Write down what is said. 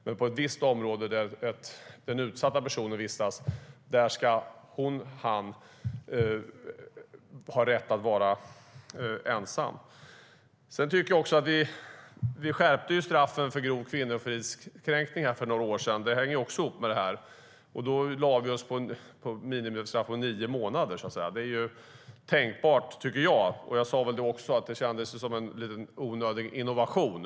Men på ett visst område där den utsatta personen vistas ska hon eller han ha rätt att vara i fred. Vi skärpte straffen för grov kvinnofridskränkning för några år sedan. Det hänger också ihop med det här. Då lade vi minimistraffet på nio månader. Det tycker jag är tänkvärt. Jag sa då också att det kändes som en onödig innovation.